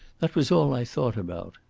that was all i thought about.